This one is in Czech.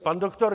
Pan doktor